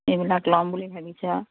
এইবিলাক ল'ম বুলি ভাবিছা আৰু